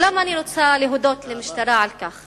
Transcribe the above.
אולם אני רוצה להודות למשטרה על כך